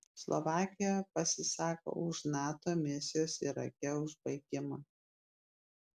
slovakija pasisako už nato misijos irake užbaigimą